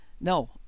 no